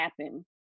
happen